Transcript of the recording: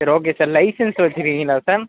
சரி okay sir license வைச்சுருக்கீங்களா sir